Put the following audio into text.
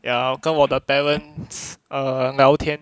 ya 跟我的 parents err 聊天